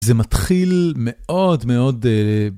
זה מתחיל מאוד מאוד ב...